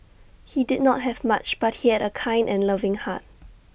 he did not have much but he had A kind and loving heart